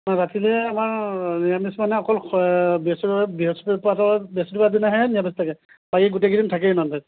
ৰাতিলে আমাৰ নিৰামিষ মানে অকল বৃহস্পতি বাৰে বৃহস্পতি বাৰৰ বৃহস্পতি বাৰৰ দিনাহে নিৰামিষ থাকে বাকী গোটেই কেইদিনদিন থাকেই নন ভেজ